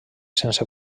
sense